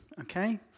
okay